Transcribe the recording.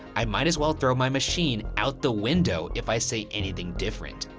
i might as well throw my machine out the window if i say anything different.